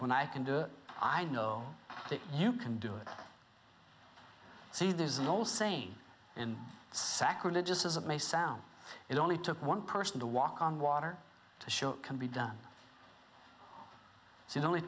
when i can do it i know you can do it see there's no saying and sacrilegious as it may sound it only took one person to walk on water to show it can be done so it only